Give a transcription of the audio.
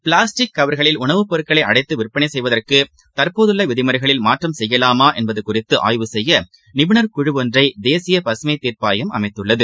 plastic கவர்களில் உணவுப்பொருட்களைஅடைத்துவிற்பனைசெய்வதற்குதற்போதுள்ளவிதிமுறைகளில் மாற்றம் செய்யலாமாஎன்பதுகுறித்துஆய்வு செய்யநிபுணர்குழுஒன்றைதேசியபசுமைத்தீர்ப்பாயம் அமைத்துள்ளது